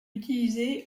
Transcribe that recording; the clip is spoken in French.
utilisée